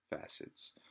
facets